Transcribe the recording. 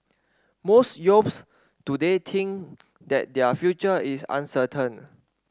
most youths today think that their future is uncertain